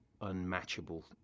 unmatchable